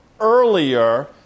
earlier